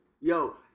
Yo